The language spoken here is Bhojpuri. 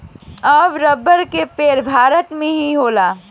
अब रबर के पेड़ भारत मे भी होखेला